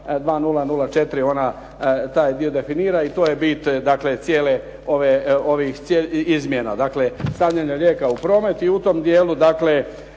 2004, ona taj dio definira i to je bit dakle cijelih ovih izmjena, dakle stavljanje lijeka u promet i u tom dijelu dakle